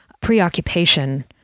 preoccupation